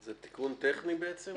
זה תיקון טכני בעצם?